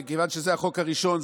כיוון שזה החוק הראשון,